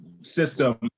system